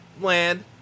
land